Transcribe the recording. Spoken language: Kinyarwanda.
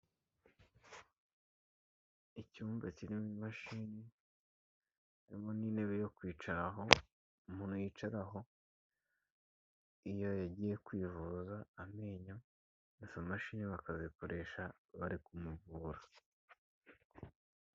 Icyumba kirimo imashini, harimo n'intebe yo kwicaraho, umuntu yicaraho iyo yagiye kwivuza amenyo, izo mashini bakazikoresha bari kumuvura.